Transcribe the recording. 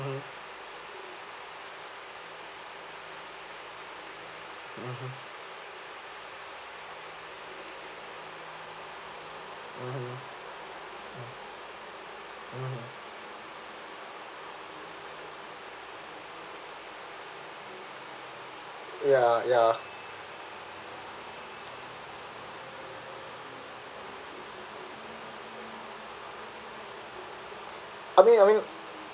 ya ya I mean I mean